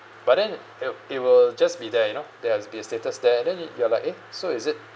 but then it'll it will just be there you know there has be status there then it you are like eh so is it